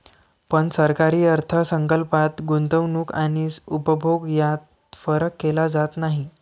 पण सरकारी अर्थ संकल्पात गुंतवणूक आणि उपभोग यात फरक केला जात नाही